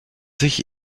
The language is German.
sich